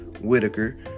whitaker